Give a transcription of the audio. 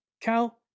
Cal